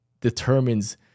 determines